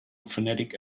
phonetic